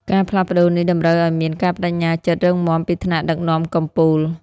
ការផ្លាស់ប្ដូរនេះតម្រូវឱ្យមាន ការប្ដេជ្ញាចិត្តរឹងមាំពីថ្នាក់ដឹកនាំកំពូល។